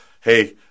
hey